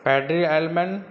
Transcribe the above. Padre almond